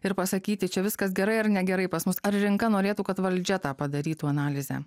ir pasakyti čia viskas gerai ar negerai pas mus ar rinka norėtų kad valdžia tą padarytų analizę